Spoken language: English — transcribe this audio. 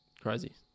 Crazy